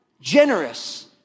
generous